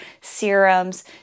serums